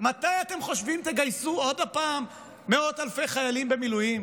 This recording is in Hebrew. אתם חושבים תגייסו עוד הפעם מאות אלפי חיילים במילואים?